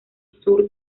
sur